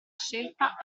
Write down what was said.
scelta